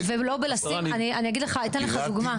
אני אתן לך דוגמה.